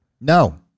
No